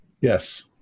Yes